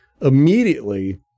immediately